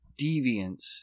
deviance